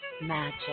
magic